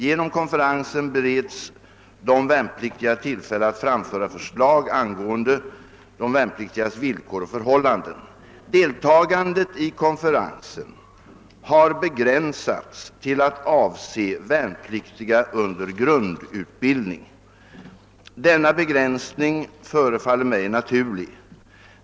Genom konferensen bereds de värnpliktiga tillfälle att framföra förslag angående de värnpliktigas villkor och förhållanden. Deltagandet i konferensen har begränsats till att avse värnpliktiga under grundutbildning. Denna begränsning förefaller mig naturlig.